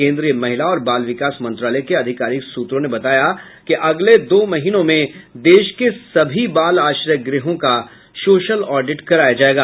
केन्द्रीय महिला और बाल विकास मंत्रालय के आधिकारिक सूत्रों ने बताया कि अगले दो महीनों में देश के सभी बाल आश्रय गृहों का सोशल ऑडिट कराया जायेगा